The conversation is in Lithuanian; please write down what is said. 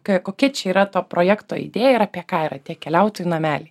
kokia čia yra to projekto idėj ir apie ką yra tie keliautojų nameliai